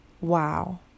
wow